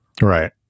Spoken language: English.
Right